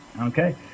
Okay